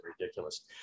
ridiculous